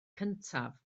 cyntaf